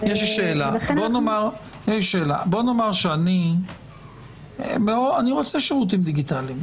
נאמר שאני רוצה שירותים דיגיטליים,